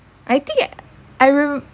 I think I will